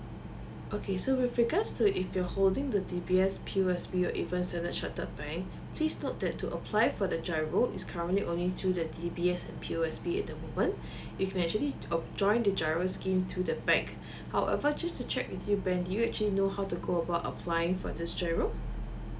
okay so with regards to if you are holding the D_B_S P_O_S_B or even standard chartered bank please note that to apply for the giro is currently only through that D_B_S and P_O_S_B at the moment if you can actually join the giro scheme through the bank however just to check with you ben do you actually know how to go about applying for this giro